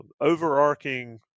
Overarching